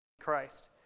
Christ